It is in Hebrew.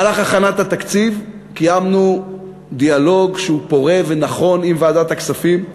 במהלך הכנת התקציב קיימנו דיאלוג פורה ונכון עם ועדת הכספים,